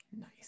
Nice